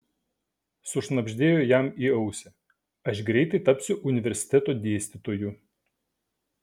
sušnabždėjo jam į ausį aš greitai tapsiu universiteto dėstytoju